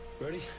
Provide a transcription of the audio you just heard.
ready